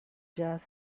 jazz